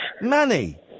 Manny